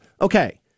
Okay